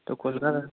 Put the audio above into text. তো কলকাতা